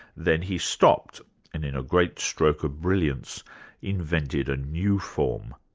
then he stopped, and in a great stroke of brilliance invented a new form.